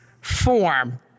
form